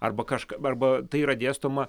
arba kažką arba tai yra dėstoma